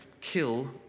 kill